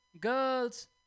girls